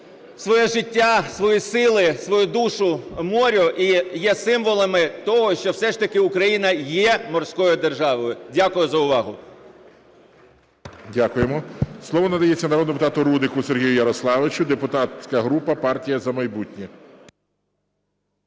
своє життя, свої сили, свою душу морю, і є символами того, що все ж таки Україна є морською державою. Дякую за увагу. ГОЛОВУЮЧИЙ. Дякуємо. Слово надається народному депутату Рудику Сергію Ярославовичу, депутатська група "Партія"За майбутнє".